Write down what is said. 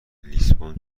لیسبون